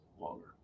longer